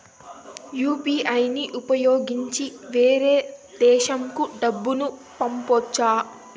UPI ని ఉపయోగించి వేరే దేశంకు డబ్బును పంపొచ్చా?